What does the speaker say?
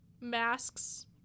masks